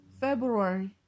February